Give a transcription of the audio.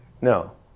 No